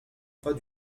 pas